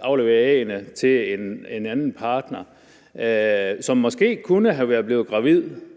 aflevere æg til en anden, en partner, og man måske kunne være blevet gravid,